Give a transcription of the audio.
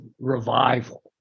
revival